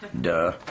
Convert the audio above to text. duh